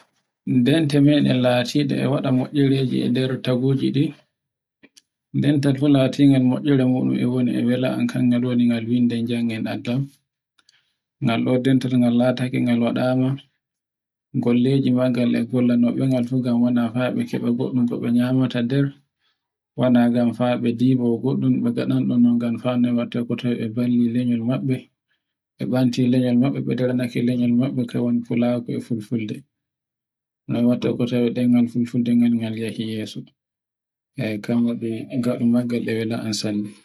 Nden te meɗen latiɗe e waɗa moiire je e nder taagugi ɗi. Dental fulatingal e moiira e woni e wela an kangal woni binden tan. Ngal lataake ngal waɗama golleji maggal e gula nauɓe ma fuu ngam ɓe keɓa goɗɗun ko be nyamata nder. Wana ngam fa ɓe dibo fgoɗɗum mbe ngaɗan ɗum ko tawe e balli lanyol maɓɓe, bwe ɓanti lanyol maɓɓe ɓe ndano lanyol maɓɓe kawan fulako e fulfulde. no watta ko tawe e ɗemgal fulfulde ngal yehi yeso. nga um magga e wel an senne.